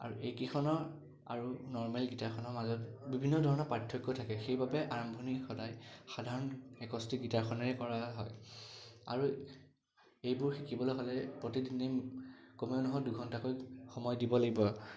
আৰু এইকিখনৰ আৰু নৰ্মেল গীটাৰখনৰ মাজত বিভিন্ন ধৰণৰ পাৰ্থক্য থাকে সেইবাবে আৰম্ভণিত সদায় সাধাৰণ একষ্টিক গীটাৰখনেৰেই কৰা হয় আৰু এইবোৰ শিকিবলৈ হ'লে প্ৰতিদিনেই কমেও নহয় ব্দুঘণ্টাকৈ সময় দিব লাগিব